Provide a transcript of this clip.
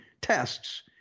tests